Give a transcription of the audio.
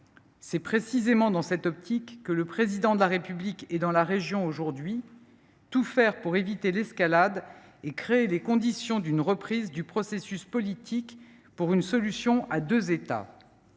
C’est précisément dans cette optique que le Président de la République s’est rendu dans la région aujourd’hui : tout faire pour éviter l’escalade et créer les conditions d’une reprise du processus politique pour une solution à deux États.